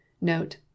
note